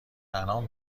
انعام